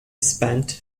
spent